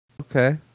Okay